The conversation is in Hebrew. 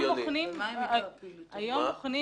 היום בוחנים